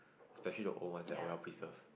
especially the old ones that are well preserved